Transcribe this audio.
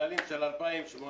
של 2018